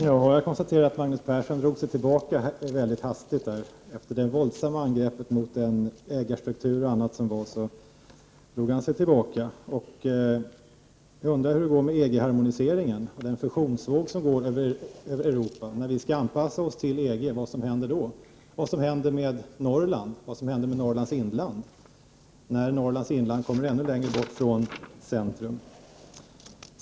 Herr talman! Jag konstaterar att Magnus Persson, efter det våldsamma angreppet mot ägarstruktur och annat, hastigt drog sig tillbaka. Med tanke på EG-harmoniseringen och den fusionsvåg som går över Europa undrar jag vad som skall hända när vi skall anpassa oss till EG, vad som t.ex. skall hända med Norrlands inland som då kommer ännu längre bort från centrum.